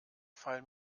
fall